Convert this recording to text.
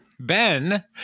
Ben